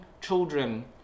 children